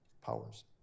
powers